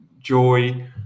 joy